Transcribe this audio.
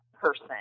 person